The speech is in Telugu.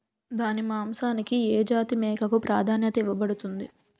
దాని మాంసానికి ఏ జాతి మేకకు ప్రాధాన్యత ఇవ్వబడుతుంది?